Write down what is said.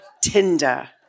Tinder